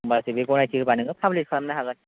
होमबा बेनि गनायथि होबा नोङो फाब्लिस खालामनो हागोन